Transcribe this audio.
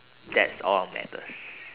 that's all matters